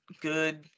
good